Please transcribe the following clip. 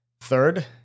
Third